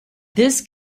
this